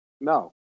no